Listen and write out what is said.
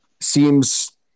seems –